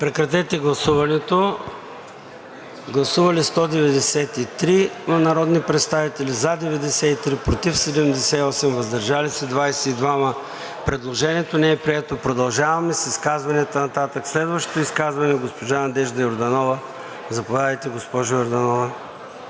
Прегласуване. Гласували 193 народни представители: за 93, против 78, въздържали се 22. Предложението не е прието. Продължаваме с изказванията нататък. Следващото изказване – госпожа Надежда Йорданова. Заповядайте, госпожо Йорданова.